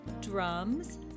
drums